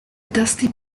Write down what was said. dusty